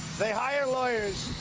they hire lawyers,